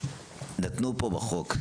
נתנו פה בחוק,